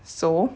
so